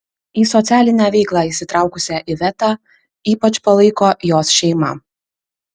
į socialinę veiklą įsitraukusią ivetą ypač palaiko jos šeima